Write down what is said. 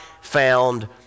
found